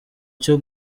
cyo